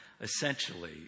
essentially